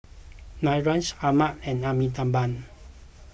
Niraj Anand and Amitabh